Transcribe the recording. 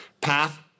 Path